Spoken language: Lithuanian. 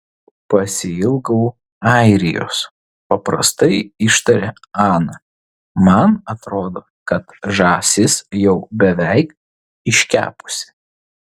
pasiilgau airijos paprastai ištarė ana man atrodo kad žąsis jau beveik iškepusi